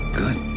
good